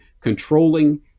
controlling